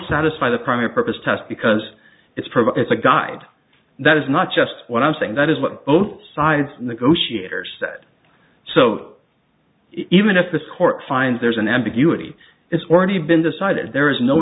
satisfy the primary purpose test because it's provides a guide that is not just what i'm saying that is what both sides negotiators so even if this court finds there's an ambiguity it's already been decided there is no